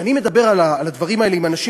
כשאני מדבר על הדברים האלה עם אנשים,